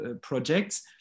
projects